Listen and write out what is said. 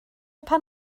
eisiau